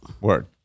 word